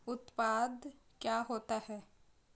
उत्पाद क्या होता है?